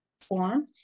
form